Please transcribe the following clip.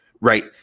right